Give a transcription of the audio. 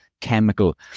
chemical